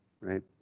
right